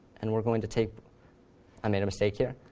and we're going to take i made a mistake here.